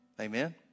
Amen